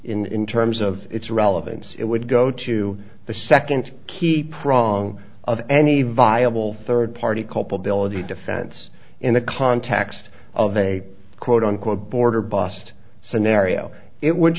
in terms of its relevance it would go to the second key prong of any viable third party culpability defense in the context of a quote unquote border bust scenario it would